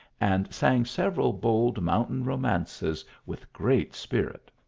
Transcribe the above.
and sang several bold mountain ro mances with great spirit.